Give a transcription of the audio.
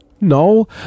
No